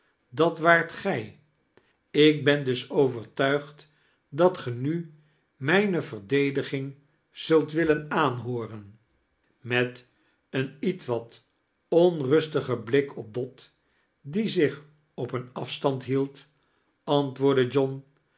dat waart gij ik ben dus overtuigd dat ge nu mijne verdediging zult willen aamhooren met een ietwat onrustigen blik op dot die zich op een afstand hield antwoordde john